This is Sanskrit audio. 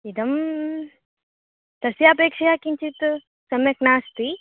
इदं तस्यापेक्षया किञ्चित् सम्यक् नास्ति